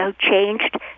changed